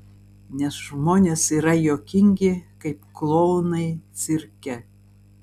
nes žmonės yra juokingi kaip klounai cirke